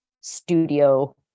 studio